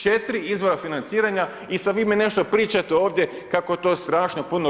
4 izvora financiranja i sad vi mi nešto pričate ovdje kako je to strašno puno RH.